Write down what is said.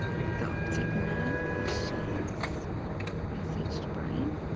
the optic nerve which sends message to brain.